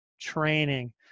training